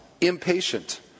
impatient